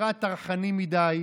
מאומתים,